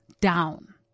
down